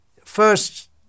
First